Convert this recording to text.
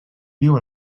viu